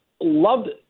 loved